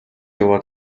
яваа